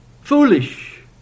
foolish